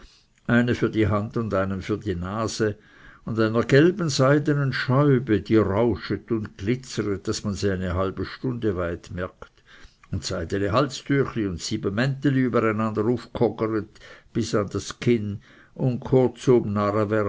einen für die hand und einen für die nase und einer gelben seidenen scheube die rauschet und glitzeret daß man sie eine halbe stunde weit merkt und seidene halstüchli und siebe mänteli übereinander ufg'hogeret bis an das kinn und kurzum